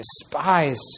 despised